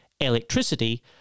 electricity